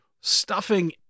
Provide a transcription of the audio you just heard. stuffing